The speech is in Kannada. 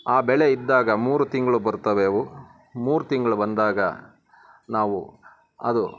ಆ ಬೆಳೆ ಇದ್ದಾಗ ಮೂರು ತಿಂಗಳು ಬರ್ತವೆ ಅವು ಮೂರು ತಿಂಗಳು ಬಂದಾಗ ನಾವು ಅದು